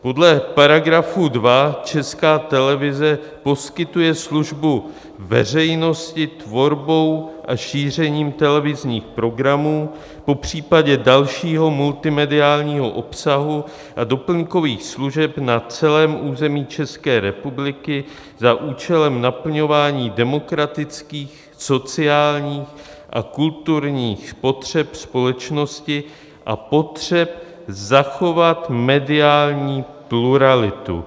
Podle § 2 Česká televize poskytuje službu veřejnosti tvorbou a šířením televizních programů, popřípadě dalšího multimediálního obsahu a doplňkových služeb na celém území České republiky za účelem naplňování demokratických, sociálních a kulturních potřeb společnosti a potřeb zachovat mediální pluralitu.